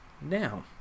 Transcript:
now